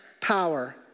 power